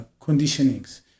conditionings